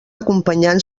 acompanyant